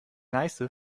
neiße